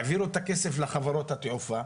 העבירו את הכסף לחברות התעופה,